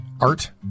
art